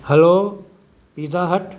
hello pizza hut